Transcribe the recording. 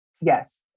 yes